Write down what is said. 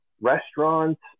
restaurants